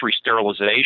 sterilization